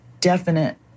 definite